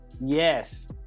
Yes